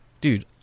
dude